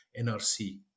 NRC